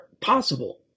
possible